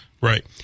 Right